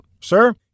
Sir